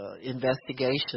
investigation